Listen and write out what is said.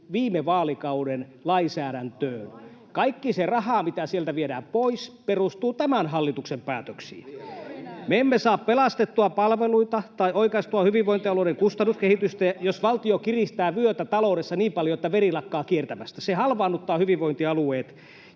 viime vaalikauden lainsäädäntöön. Kaikki se raha, mitä sieltä viedään pois, perustuu tämän hallituksen päätöksiin. Me emme saa pelastettua palveluita tai oikaistua hyvinvointialueiden kustannuskehitystä, jos valtio kiristää vyötä taloudessa niin paljon, että veri lakkaa kiertämästä. Se halvaannuttaa hyvinvointialueet.